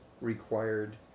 required